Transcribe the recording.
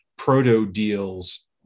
proto-deals